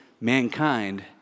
mankind